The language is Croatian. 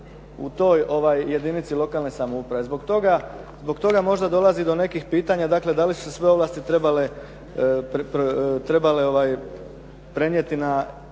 u toj jedinici lokalne samouprave. Zbog toga možda dolazi do nekih pitanja, dakle da li su se sve ovlasti trebale prenijeti na